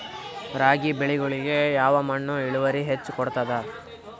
ರಾಗಿ ಬೆಳಿಗೊಳಿಗಿ ಯಾವ ಮಣ್ಣು ಇಳುವರಿ ಹೆಚ್ ಕೊಡ್ತದ?